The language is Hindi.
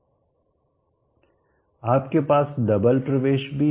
आपके पास डबल double दोहरा प्रवेश भी है